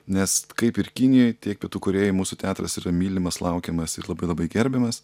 nes kaip ir kinijoj tiek pietų korėjoj mūsų teatras yra mylimas laukiamas ir labai labai gerbiamas